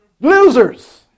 losers